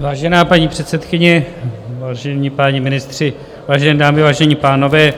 Vážená paní předsedkyně, vážení páni ministři, vážené dámy, vážení pánové,